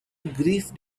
grief